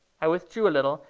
i withdrew a little,